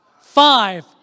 Five